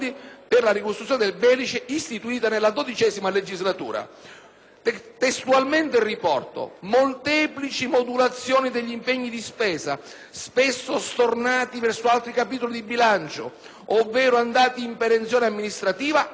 si afferma: «Molteplici modulazioni degli impegni di spesa, spesso stornati verso altri capitoli di bilancio, ovvero andati in perenzione amministrativa a causa dei ritardi accumulati dagli organi dello Stato